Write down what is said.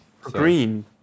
Green